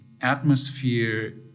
atmosphere